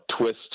twist